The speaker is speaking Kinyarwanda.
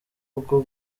bwo